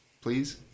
Please